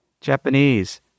Japanese